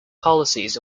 policies